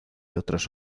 otras